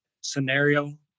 scenario